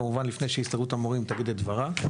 כמובן, לפני, שהסתדרות המורים תגיד את דבריה.